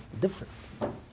different